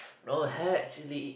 no hair actually